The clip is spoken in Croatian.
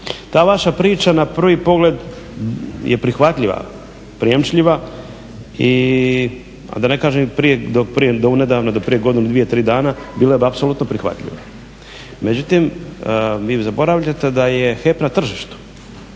Ta vaša priča na prvi pogled je prihvatljiva, …/Govornik se ne razumije./… i a da ne kažem do u nedavno, do prije godinu, dvije, tri dana bila je apsolutno prihvatljiva. Međutim vi zaboravljate da je HEP na tržištu